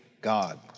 God